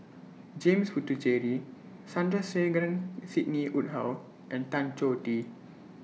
James Puthucheary Sandrasegaran Sidney Woodhull and Tan Choh Tee